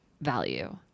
value